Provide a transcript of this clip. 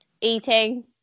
eating